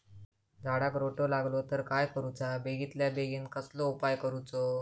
झाडाक रोटो लागलो तर काय करुचा बेगितल्या बेगीन कसलो उपाय करूचो?